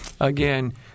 again